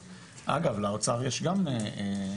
אגב, לאוצר יש גם יכולות